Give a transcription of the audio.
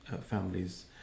families